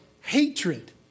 hatred